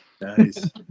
Nice